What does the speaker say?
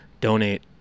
donate